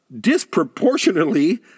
disproportionately